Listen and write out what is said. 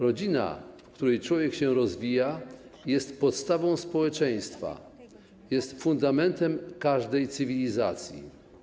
Rodzina, w której człowiek się rozwija, jest podstawą społeczeństwa, jest fundamentem każdej cywilizacji.